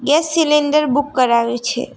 gas cylinder book કરાવ્યું છે